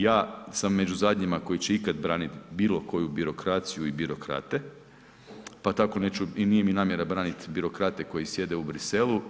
Ja sam među zadnjima koji će ikada braniti bilo koju birokraciju i birokrate pa tako neću i nije mi namjera braniti birokrate koji sjede u Bruxellesu.